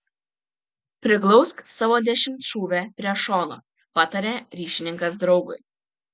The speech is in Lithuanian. priglausk savo dešimtšūvę prie šono pataria ryšininkas draugui